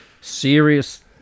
serious